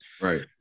right